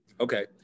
Okay